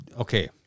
Okay